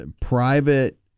private